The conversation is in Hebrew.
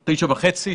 ב-9:30.